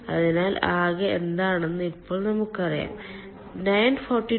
അതിനാൽ ആകെ എന്താണെന്ന് ഇപ്പോൾ നമുക്കറിയാം 942